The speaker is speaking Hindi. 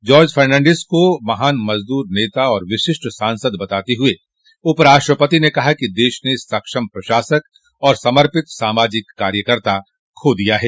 जॉर्ज फर्नांडिस को महान मजदूर नेता और विशिष्ट सांसद बताते हुए उपराष्ट्रपति ने कहा कि देश ने सक्षम प्रशासक और समर्पित सामाजिक कार्यकर्ता खो दिया है